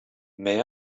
may